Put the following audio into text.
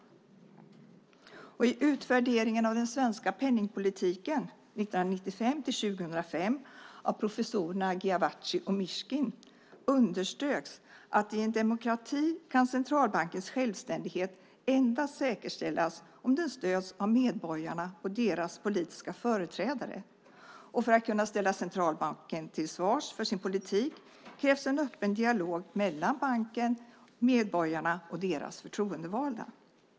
I utvärderingen av den svenska penningpolitiken 1995-2005 av professorerna Giavazzi och Mishkin underströks det att i en demokrati kan centralbankens självständighet endast säkerställas om den stöds av medborgarna och deras politiska företrädare, och för att kunna ställa centralbanken till svars för sin politik krävs en öppen dialog mellan banken, medborgarna och deras förtroendevalda.